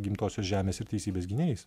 gimtosios žemės ir teisybės gynėjais